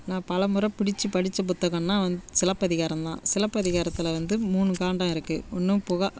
நான் பலமுறை பிடிச்சி படித்த புத்தகம்ன்னா வந்து சிலப்பதிகாரம் தான் சிலப்பதிகாரத்தில் வந்து மூணு காண்டம் இருக்குது ஒன்று புகார்